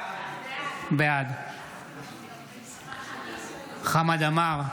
בעד חמד עמאר,